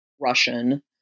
Russian